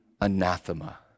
anathema